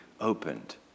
opened